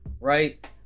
right